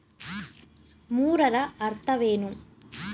ಮೂರರ ಅರ್ಥವೇನು?